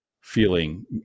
feeling